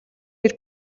гэж